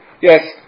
yes